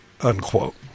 unquote